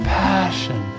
passion